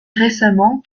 récemment